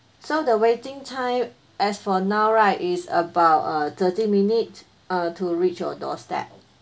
so the waiting time as for now right is about uh thirty minute uh to reach your doorstep